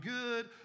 good